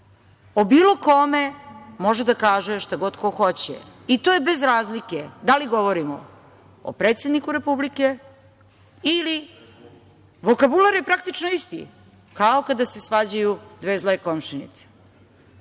o bilo kome može da kaže šta god ko hoće. I to je bez razlike, da li govorimo o predsedniku Republike ili nekom drugom, vokabular je praktično isti kao kada se svađaju dve zle komšinice.